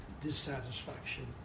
dissatisfaction